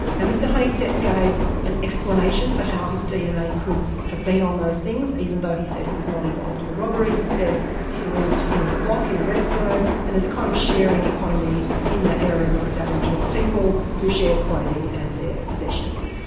mr honeysett gave an explanation for how his dna could have been on those things, even though he said he was not involved in the robbery. he said he lived in the block in redfern and there's a kind of sharing economy in that area amongst aboriginal people who share clothing and their possessions.